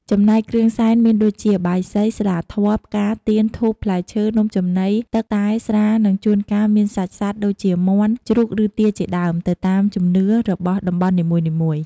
ចំណែកគ្រឿងសែនមានដូចជា បាយសី ស្លាធម៌ ផ្កា ទៀន ធូប ផ្លែឈើ នំចំណី ទឹក តែ ស្រា និងជួនកាលមានសាច់សត្វ ដូចជា មាន់ ជ្រូកឬទាជាដើម ទៅតាមជំនឿរបស់តំបន់នីមួយៗ។